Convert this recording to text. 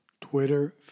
Twitter